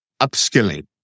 upskilling